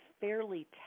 fairly